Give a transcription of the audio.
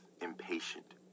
impatient